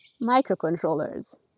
microcontrollers